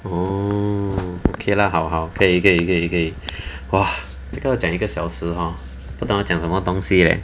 oh okay lah 好好可以可以可以可以 这个要讲一个小时 hor 不懂要讲什么东西 leh